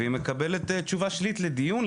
והיא מקבלת תשובה שלילית לדיון,